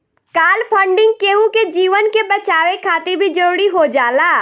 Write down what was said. काल funding केहु के जीवन के बचावे खातिर भी जरुरी हो जाला